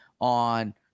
on